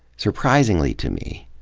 surprisingly, to me,